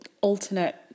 alternate